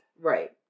Right